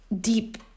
deep